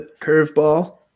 curveball